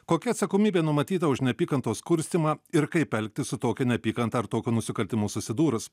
kokia atsakomybė numatyta už neapykantos kurstymą ir kaip elgtis su tokia neapykanta ar tokiu nusikaltimu susidūrus